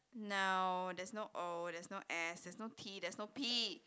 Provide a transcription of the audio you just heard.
no there's no O there's no S there's no T there's no P